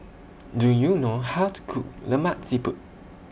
Do YOU know How to Cook Lemak Siput